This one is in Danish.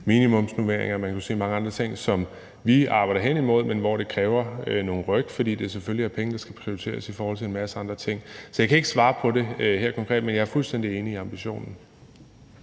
minimumsnormeringer, og man kunne sige mange andre ting, som vi arbejder hen imod, men hvor det kræver nogle ryk, fordi det selvfølgelig er penge, der skal prioriteres i forhold til en masse andre ting. Så jeg kan ikke svare på det helt konkret, men jeg er fuldstændig enig i ambitionen.